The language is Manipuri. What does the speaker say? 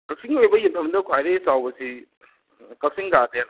ꯀꯥꯛꯆꯤꯡꯗ ꯂꯩꯕ ꯌꯦꯡꯐꯝꯗ ꯈ꯭ꯋꯥꯏꯗꯒꯤ ꯆꯥꯎꯕꯁꯤ ꯀꯥꯛꯆꯤꯡ ꯒꯥꯔꯗꯦꯟ